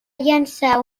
llençar